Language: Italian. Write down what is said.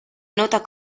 nota